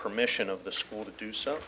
permission of the school to do so